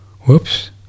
Whoops